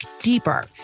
deeper